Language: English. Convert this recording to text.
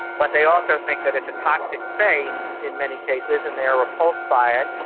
but they also think that it's a toxic space in many cases and they are repulsed by it.